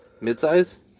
mid-size